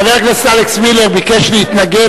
חבר הכנסת אלכס מילר ביקש להתנגד,